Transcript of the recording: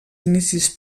inicis